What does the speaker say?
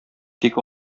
тик